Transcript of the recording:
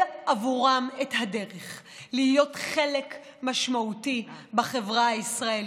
עבורם את הדרך להיות חלק משמעותי בחברה הישראלית,